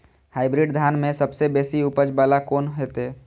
Hybrid धान में सबसे बेसी उपज बाला कोन हेते?